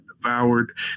devoured